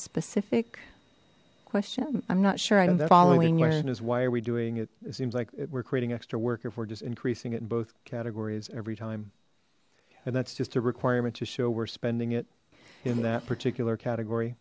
specific question i'm not sure i'm following question is why are we doing it seems like we're creating extra work if we're just increasing it in both categories every time and that's just a requirement to show we're spending it in that particular category